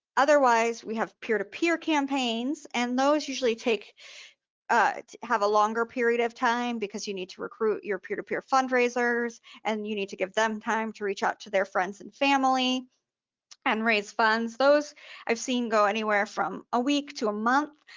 otherwise, we have peer-to-peer campaigns and those usually ah but have a longer period of time because you need to recruit your peer-to-peer fundraisers and you need to give them time to reach out to their friends and family and raise funds. those i've seen go anywhere from a week to a month